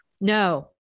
No